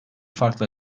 farklı